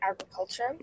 agriculture